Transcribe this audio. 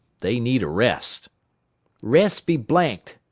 they need a rest. rest be blanked,